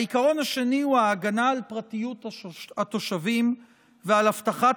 העיקרון השני הוא ההגנה על פרטיות התושבים ועל אבטחת